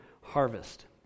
harvest